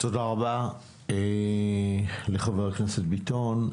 תודה רבה לחבר הכנסת ביטון.